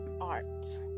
Art